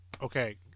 Okay